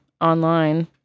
online